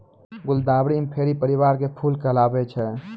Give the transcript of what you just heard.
गुलदावरी इंफेरी परिवार के फूल कहलावै छै